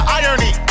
irony